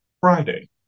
Friday